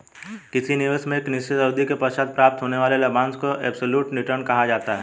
किसी निवेश में एक निश्चित अवधि के पश्चात प्राप्त होने वाले लाभांश को एब्सलूट रिटर्न कहा जा सकता है